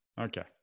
Okay